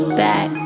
back